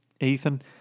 Ethan